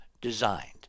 designed